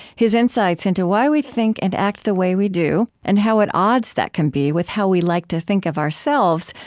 his insights into why we think and act the way we do, and how at odds that can be with how we like to think of ourselves,